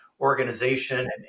organization